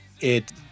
it